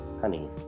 honey